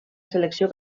selecció